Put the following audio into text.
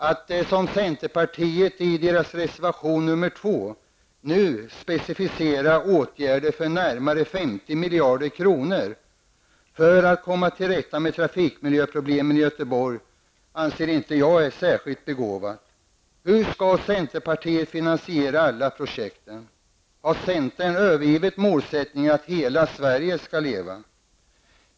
Att som centerpartiet i dess reservation 2 nu specificera åtgärder för närmare 50 miljarder kronor för att komma till rätta med trafikmiljöproblemen i Göteborg är inte särskilt begåvat. Hur skall centerpartiet finansiera alla projekten? Har centern övergivit målsättningen att hela Sverige skall leva?